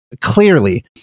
clearly